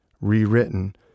rewritten